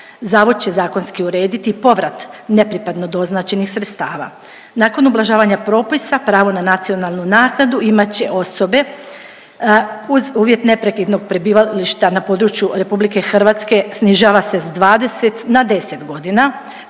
zavod će zakonski urediti povrata nepripadno doznačenih sredstava. Nakon ublažavanja propisa pravo na nacionalnu naknadu imat će osobe uz uvjet neprekidnog prebivališta na području RH snižava se s 20 na 10 godina,